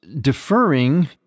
deferring